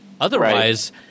otherwise